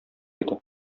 иде